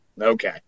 Okay